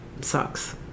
sucks